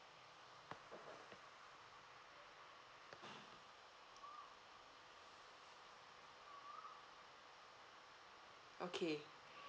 okay